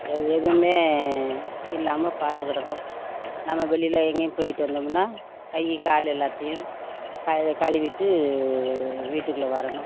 எது எதுவுமே இல்லாமல் பார்த்துக்கிடணும் நம்ம வெளியில் எங்கேயும் போயிட்டு வந்தமுன்னா கை கால் எல்லாத்தையும் க கழுவிட்டு வீட்டுக்குள்ளே வரணும்